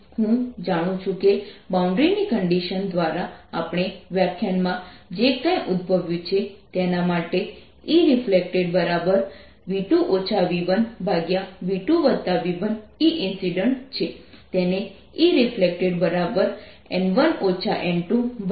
હું જાણું છું કે બાઉન્ડ્રીની કન્ડિશન દ્વારા આપણે વ્યાખ્યાનમાં જે કાંઈ ઉદ્ભવ્યું છે તેના માટે Ereflected v2 v1v2v1Eincident છે તેને Ereflectedn1 n2n1n2 Eincident પણ લખી શકાય છે